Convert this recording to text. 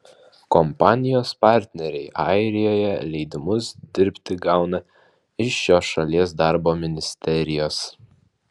kompanijos partneriai airijoje leidimus dirbti gauna iš šios šalies darbo ministerijos